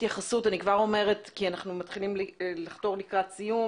אנחנו מתחילים לחתור לסיום